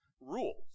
rules